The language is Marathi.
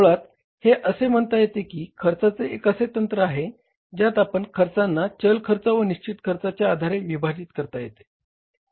मुळात हे असे म्हणता येते की खर्चाचे एक असे तंत्र आहे ज्यात आपण खर्चांनां चल खर्च व निश्चित खर्चाच्या आधारे विभाजित करता येते